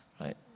right